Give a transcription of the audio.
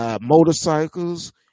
motorcycles